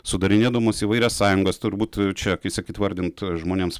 sudarinėdamos įvairias sąjungas turbūt čia kaip sakyt vardint žmonėms